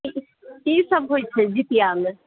की सभ होइ छै जीतिआमे